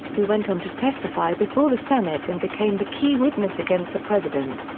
who went on to testify before the senate and became the key witness against the president.